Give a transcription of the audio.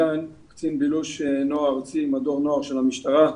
קצין בילוש נוער ארצי, מדור נוער של המשטרה.